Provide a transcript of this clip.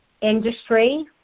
industry